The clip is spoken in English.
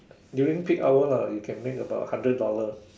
during peak hours lah you can make hundred hours